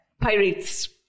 pirates